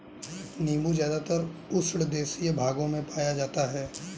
नीबू ज़्यादातर उष्णदेशीय भागों में पाया जाता है